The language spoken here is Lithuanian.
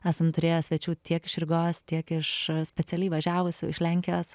esam turėję svečių tiek iš rygos tiek iš specialiai važiavusių iš lenkijos